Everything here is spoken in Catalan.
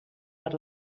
per